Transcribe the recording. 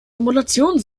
emulation